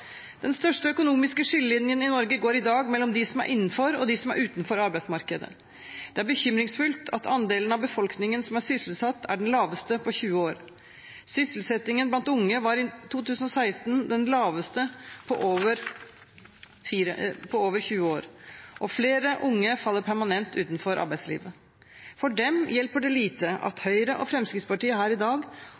Den største økonomiske skillelinjen i Norge i dag går mellom dem som er innenfor, og dem som er utenfor arbeidsmarkedet. Det er bekymringsfullt at andelen av befolkningen som er sysselsatt, er den laveste på 20 år. Sysselsettingen blant unge var i 2016 den laveste på over 20 år, og flere unge faller permanent utenfor arbeidslivet. For dem hjelper det lite at Høyre og Fremskrittspartiet her i dag